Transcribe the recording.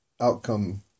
outcome